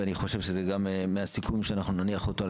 ואני חושב שזה גם מהסיכומים שאנחנו נניח אותו על